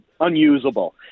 unusable